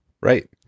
Right